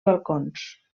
balcons